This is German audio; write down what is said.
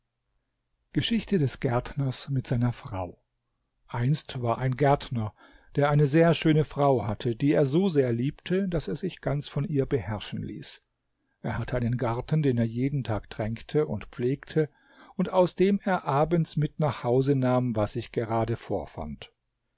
geschichte des gärtners mit seiner frau einst war ein gärtner der eine sehr schöne frau hatte die er so sehr liebte daß er sich ganz von ihr beherrschen ließ er hatte einen garten den er jeden tag tränkte und pflegte und aus dem er abends mit nach hause nahm was sich gerade vorfand